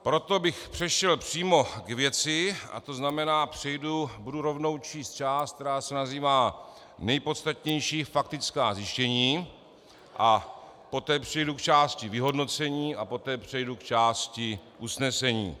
Proto bych přešel přímo k věci, to znamená, budu rovnou číst část, která se nazývá Nejpodstatnější faktická zjištění, a poté přejdu k části Vyhodnocení a poté přejdu k části Usnesení.